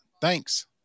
Thanks